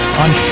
on